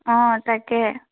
অঁ তাকেহে